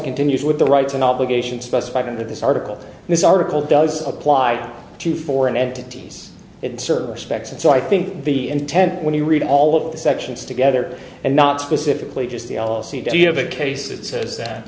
continues with the rights and obligations specified in this article this article does apply to foreign entities in certain respects and so i think the intent when you read all of the sections together and not specifically just the all see do you have a case that says that